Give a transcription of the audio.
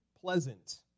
pleasant